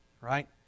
right